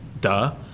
Duh